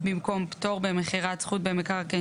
במקום "פטור במכירת זכות במקרקעין